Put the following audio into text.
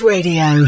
Radio